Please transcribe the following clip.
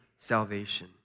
salvation